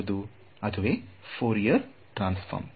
ಅದುವೇ Fourier transform